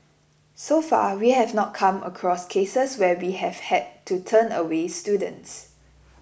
so far we have not come across cases where we have had to turn away students